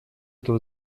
эту